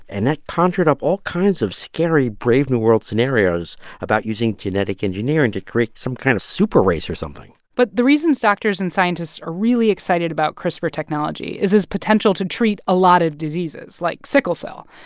and that conjured up all kinds of scary brave new world scenarios about using genetic engineering to create some kind of super race or something but the reasons doctors and scientists are really excited about crispr technology is its potential to treat a lot of diseases like sickle cell.